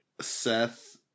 Seth